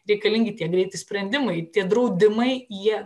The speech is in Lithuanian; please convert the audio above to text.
reikalingi tie greiti sprendimai tie draudimai jie